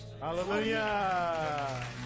Hallelujah